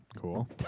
Cool